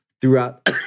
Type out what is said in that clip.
throughout